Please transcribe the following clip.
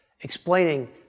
explaining